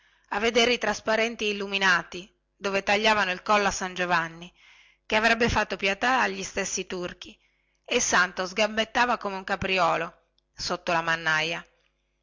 a vedere i trasparenti illuminati dove tagliavano il collo a san giovanni che avrebbe fatto pietà agli stessi turchi e il santo sgambettava come un capriuolo sotto la mannaja